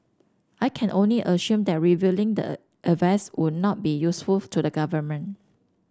I can only assume that revealing the advice would not be useful to the government